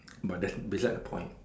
but that's beside the point